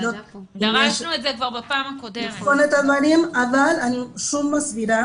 על הדברים, אבל שוב אני מסבירה